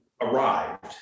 arrived